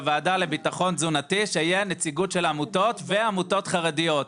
שבוועדה לביטחון תזונתי תהיה נציגות של העמותות ושל העמותות החרדיות.